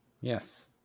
yes